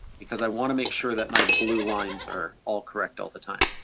because i wanna make sure that my blue lines are all correct all the time.